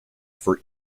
for